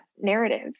narrative